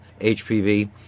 HPV